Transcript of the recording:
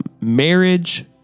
marriage